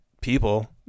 people